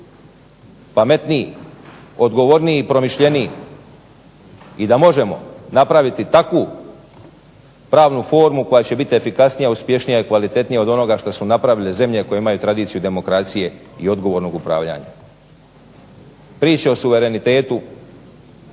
pametniji, odgovorniji i promišljeniji i da možemo napraviti takvu pravnu formu koja će bit efikasnija, uspješnija i kvalitetnija od onoga što su napravile zemlje koje imaju tradiciju demokracije i odgovornog upravljanja. Priče o suverenitetu